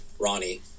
ronnie